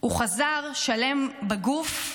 הוא חזר שלם בגוף,